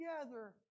together